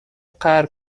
قهر